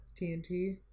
TNT